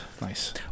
nice